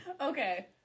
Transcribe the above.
Okay